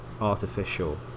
artificial